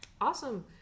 Awesome